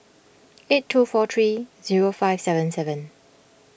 eight two four three zero five seven seven